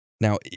now